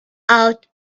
out